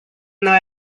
though